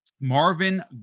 Marvin